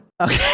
Okay